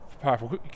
powerful